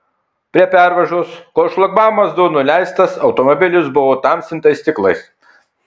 prie pervažos kol šlagbaumas buvo nuleistas automobilis buvo tamsintais stiklais